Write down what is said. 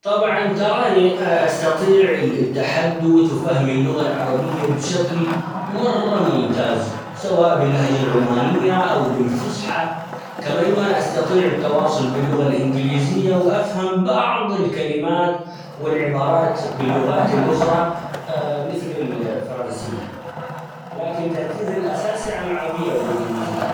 طبعًا ترى إني استطيع التحدث وفهم اللغة العربية بشكل مرة ممتاز ، سواء باللهجة العمانية او بالفصحى كما إنه أنا استطيع التواصل باللغة الإنجليزية وافهم بعض الكلمات، والعبارات باللغات الأخرى مثل الفرنسية، لكن تركيزي الأساسي على العربية ،والإنجليزية.